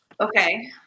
Okay